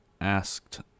asked